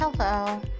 Hello